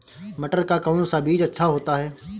मटर का कौन सा बीज अच्छा होता हैं?